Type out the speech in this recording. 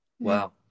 Wow